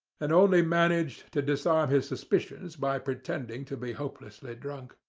and only managed to disarm his suspicions by pretending to be hopelessly drunk.